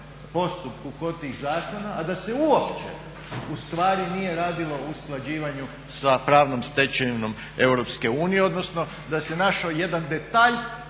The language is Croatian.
postupku kod tih zakona a da se uopće ustvari nije radilo o usklađivanju sa pravnom stečevinom EU, odnosno da se našao jedan detalj